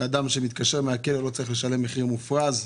אדם שמתקשר מהכלא לא צריך לשלם מחיר מופרז.